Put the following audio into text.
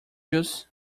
juice